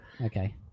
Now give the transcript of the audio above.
Okay